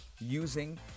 using